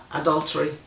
adultery